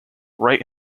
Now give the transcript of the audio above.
wright